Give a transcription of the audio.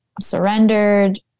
surrendered